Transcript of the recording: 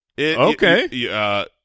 Okay